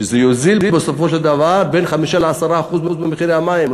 וזה יוזיל בסופו של דבר בין 5% ל-10% ממחירי המים,